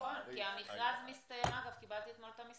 נכון, כי המכרז מסתיים רק ב-20 באוגוסט.